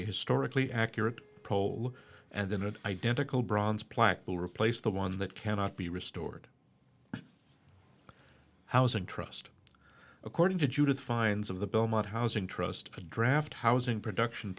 a historically accurate pole and then an identical bronze plaque will replace the one that cannot be restored housing trust according to judith fines of the belmont housing trust a draft housing production